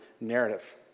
narrative